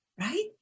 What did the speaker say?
Right